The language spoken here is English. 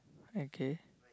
okay